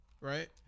right